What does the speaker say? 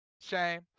Shame